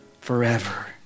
forever